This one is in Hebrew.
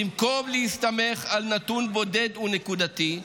במקום להסתמך על נתון בודד ונקודתי,